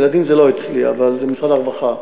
ילדים זה לא אצלי, זה משרד הרווחה.